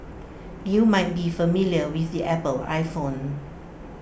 you might be familiar with the Apple iPhone